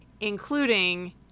Including